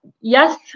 Yes